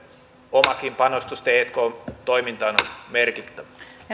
omakin panostus tk toimintaan on merkittävä